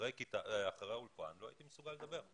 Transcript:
אחרי האולפן לא הייתי מסוגל לדבר,